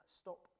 stop